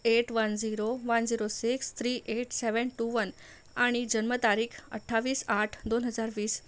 eight one zero one zero six three eight seven two one आणि जन्मतारीख अठ्ठावीस आठ दोन हजार वीस